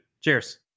Cheers